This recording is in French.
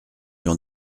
l’on